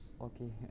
Okay